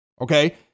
Okay